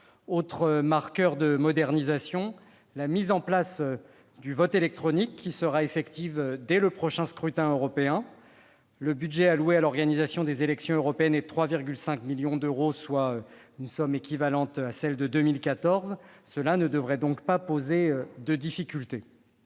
Autre marqueur de modernisation : la mise en place du vote électronique sera effective dès le prochain scrutin européen. Le budget alloué à l'organisation des élections européennes est de 3,5 millions d'euros, soit une somme équivalente à celle de 2014. Cela ne devrait donc pas poser de difficultés.